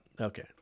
Okay